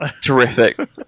terrific